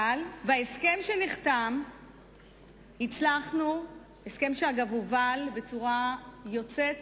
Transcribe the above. אבל בהסכם שנחתם הצלחנו, הסכם שהובל בצורה יוצאת